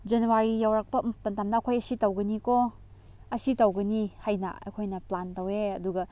ꯖꯅꯋꯥꯔꯤ ꯌꯧꯔꯛꯄ ꯃꯇꯝꯗ ꯑꯩꯈꯣꯏ ꯁꯤ ꯇꯧꯒꯅꯤꯀꯣ ꯑꯁꯤ ꯇꯧꯒꯅꯤ ꯍꯥꯏꯅ ꯑꯩꯈꯣꯏꯅ ꯄ꯭ꯂꯥꯟ ꯇꯧꯋꯦ ꯑꯗꯨꯒ